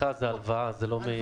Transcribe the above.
זו הלוואה, זה לא מהמדינה.